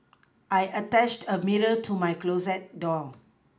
I attached a mirror to my closet door